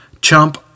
Chump